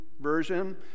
version